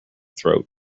throat